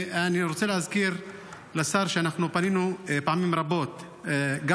אני רוצה להזכיר לשר שאנחנו פנינו פעמים רבות גם